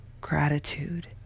gratitude